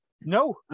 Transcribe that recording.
No